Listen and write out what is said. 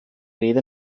rede